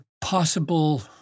possible